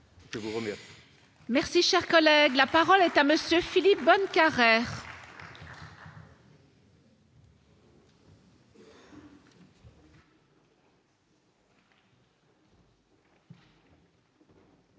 Je vous remercie